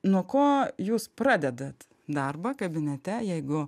nuo ko jūs pradedat darbą kabinete jeigu